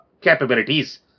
capabilities